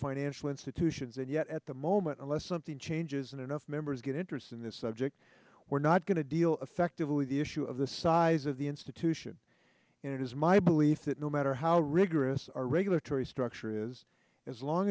financial institutions and yet at the moment unless something changes and enough members get interest in this subject we're not going to deal effectively with the issue of the size of the institution and it is my belief that no matter how rigorous our regulatory structure is as long